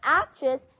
actress